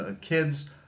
kids